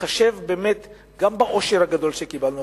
בהתחשב באמת גם בעושר הגדול שקיבלנו,